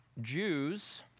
Jews